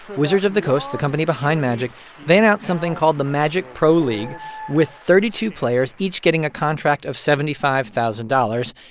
wizards of the coast the company behind magic they announced something called the magic proleague with thirty two players, each getting a contract of seventy five thousand dollars.